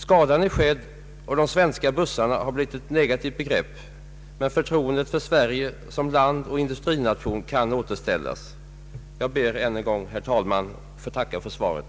Skadan är skedd och de ”svenska bussarna” har blivit ett negativt begrepp, men förtroendet för Sverige som land och industrination kan återställas. Jag ber än en gång, herr talman, att få tacka för svaret.